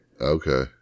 Okay